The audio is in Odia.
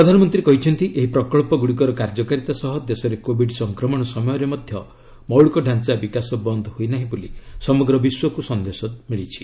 ପ୍ରଧାନମନ୍ତ୍ରୀ କହିଛନ୍ତି ଏହି ପ୍ରକଳ୍ପଗୁଡିକର କାର୍ଯ୍ୟକାରିତା ସହ ଦେଶରେ କୋବିଡ୍ ସଂକ୍ରମଣ ସମୟରେ ମଧ୍ୟ ମୌଳିକଢାଞ୍ଚା ବିକାଶ ବନ୍ଦ୍ ହୋଇ ନାହିଁ ବୋଲି ସମଗ୍ର ବିଶ୍ୱକୁ ସନ୍ଦେଶ ମିଳିଛି